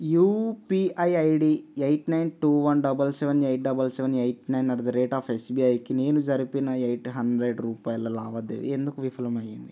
UPI ID eight nine two one double seven eight double seven eight nine at the rate of ఎస్బిఐకి నేను జరిపిన eight hundred రూపాయల లావాదేవీ ఎందుకు విఫలం అయ్యింది